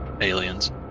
aliens